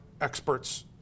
experts